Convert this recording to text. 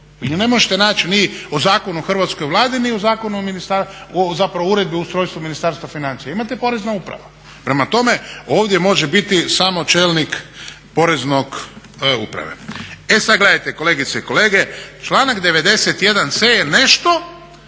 nju ne možete naći ni u Zakonu o Hrvatskoj vladi, ni u zakonu, zapravo u Uredbi o ustrojstvu Ministarstva financija, imate porezna uprava. Prema tome, ovdje može biti samo čelnik porezne uprave. E sad, gledajte kolegice i kolege članak 91.c je nešto